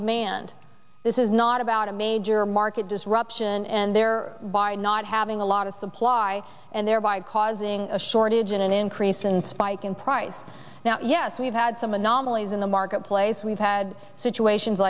demand this is not about a major market disruption and there by not having a lot of supply and thereby causing a shortage in an increase in spike in prices now yes we've had some anomalies in the marketplace we've had situations